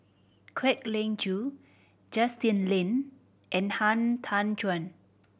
Kwek Leng Joo Justin Lean and Han Tan Juan